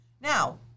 Now